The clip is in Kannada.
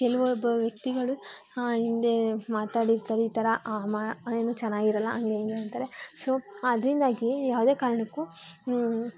ಕೆಲವೊಬ್ಬ ವ್ಯಕ್ತಿಗಳು ಹಿಂದೆ ಮಾತಾಡಿರ್ತಾರೆ ಈ ಥರ ಏನು ಚೆನ್ನಾಗಿರಲ್ಲ ಹಂಗೆ ಹಿಂಗೆ ಅಂತಾರೆ ಸೋ ಅದರಿಂದಾಗಿ ಯಾವುದೇ ಕಾರಣಕ್ಕೂ